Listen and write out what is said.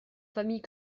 famille